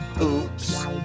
oops